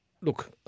look